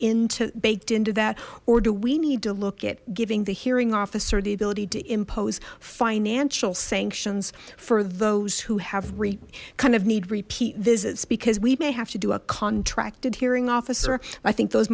into baked into that or do we need to look at giving the hearing officer the ability to impose financial sanctions for those who have read kind of need repeat visits because we may have to do a contracted hearing officer i think those